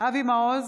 אבי מעוז,